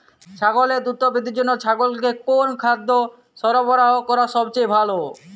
ছাগলের দ্রুত বৃদ্ধির জন্য ছাগলকে কোন কোন খাদ্য সরবরাহ করা সবচেয়ে ভালো?